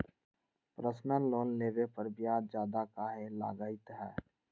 Personal loan लेबे पर ब्याज ज्यादा काहे लागईत है?